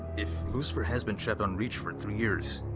if lucifer has been trapped on reach for three years,